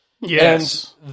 Yes